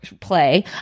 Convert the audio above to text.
play